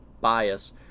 bias